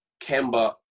Kemba